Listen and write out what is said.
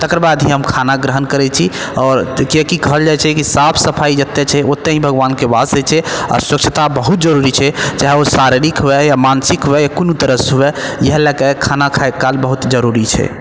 तकर बाद ही हम खाना ग्रहण करै छी आओर कियाकि कहल जाइ छै कि साफ सफाइ जतऽ छै ओतहि भगवानके वास होइ छै आओर स्वच्छता बहुत जरूरी छै चाहे ओ शारीरिक हुअए या मानसिक हुअए या कोनो तरहसँ हुअए इएह लऽ कऽ खाना खाइत काल बहुत जरूरी छै